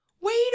Wait